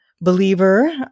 believer